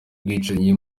bwicanyi